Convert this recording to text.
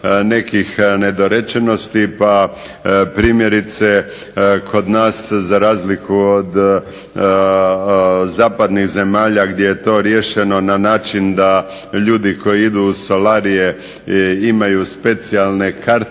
nekih nedorečenosti. Pa primjerice kod nas za razliku od zapadnih zemalja gdje je to riješeno na način da ljudi koji idu u solarije imaju specijalne kartice